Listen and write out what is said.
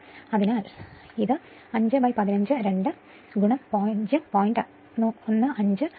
അതിനാൽ ഇത് 515 2 0